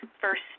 first